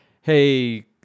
hey